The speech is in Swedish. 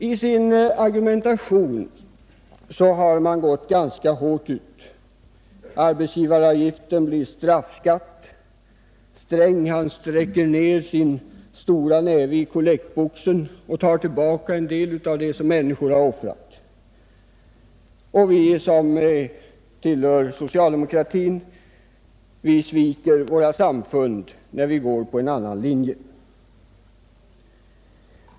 I sin argumentation har de gått ut ganska hårt: arbetsgivaravgiften blir straffskatt, Sträng sträcker ner sin stora näve i kollektboxen och tar en del av det som människor har offrat, och vi som tillhör socialdemokratin sviker våra samfund när vi går på en annan linje.